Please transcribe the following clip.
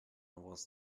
was